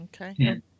Okay